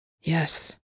Yes